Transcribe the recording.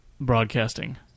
broadcasting